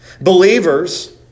Believers